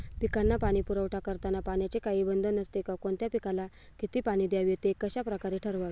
पिकांना पाणी पुरवठा करताना पाण्याचे काही बंधन असते का? कोणत्या पिकाला किती पाणी द्यावे ते कशाप्रकारे ठरवावे?